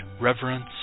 reverence